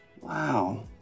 Wow